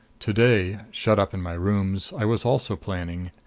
to-day, shut up in my rooms, i was also planning.